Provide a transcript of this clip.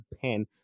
pen